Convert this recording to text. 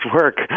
work